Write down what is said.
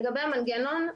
לגבי המנגנון,